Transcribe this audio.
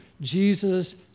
Jesus